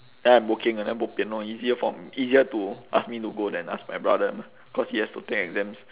then I'm working ah then bo pian lor easier for easier to ask me to go than ask my brother cause he has to take exams